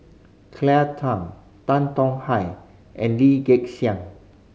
Claire Tham Tan Tong Hye and Lee Gek Seng